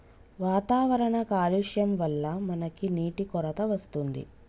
వాతావరణ కాలుష్యం వళ్ల మనకి నీటి కొరత వస్తుంది